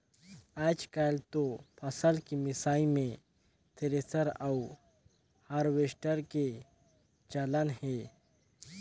आयज कायल तो फसल के मिसई मे थेरेसर अउ हारवेस्टर के चलन हे